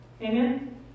Amen